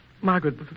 Margaret